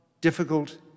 difficult